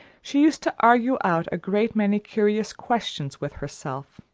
she used to argue out a great many curious questions with herself.